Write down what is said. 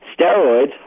steroids